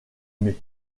mai